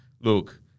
Look